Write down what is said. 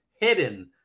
hidden